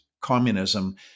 communism